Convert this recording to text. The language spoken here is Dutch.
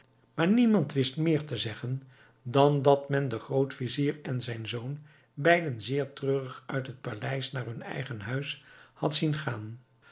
maar niemand wist meer te zeggen dan dat men den grootvizier en zijn zoon beiden zeer treurig uit het paleis naar hun eigen huis had zien gaan